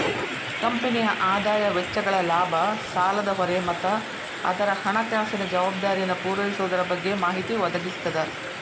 ಕಂಪನಿಯ ಆದಾಯ ವೆಚ್ಚಗಳ ಲಾಭ ಸಾಲದ ಹೊರೆ ಮತ್ತ ಅದರ ಹಣಕಾಸಿನ ಜವಾಬ್ದಾರಿಯನ್ನ ಪೂರೈಸೊದರ ಬಗ್ಗೆ ಮಾಹಿತಿ ಒದಗಿಸ್ತದ